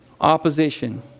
opposition